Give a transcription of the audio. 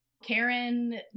Karen